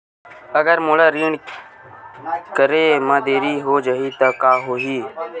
अगर मोला ऋण करे म देरी हो जाहि त का होही?